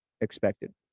expected